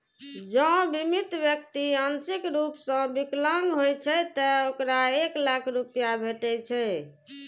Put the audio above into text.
जौं बीमित व्यक्ति आंशिक रूप सं विकलांग होइ छै, ते ओकरा एक लाख रुपैया भेटै छै